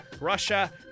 Russia